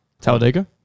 Talladega